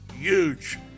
huge